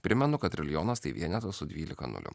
primenu kad triljonas tai vienetas su dvylika nulių